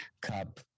cup